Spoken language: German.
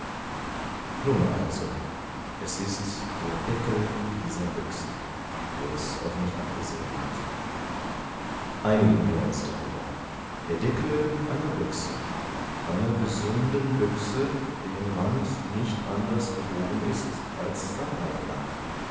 nun also es ist der deckel dieser büchse der es auf mich abgesehen hat einigen wir uns darüber der deckel einer büchse einer gesunden büchse deren rand nicht anders gebogen ist als sein eigener